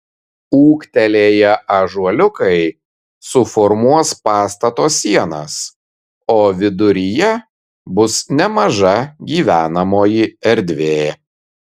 ūgtelėję ąžuoliukai suformuos pastato sienas o viduryje bus nemaža gyvenamoji erdvė